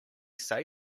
say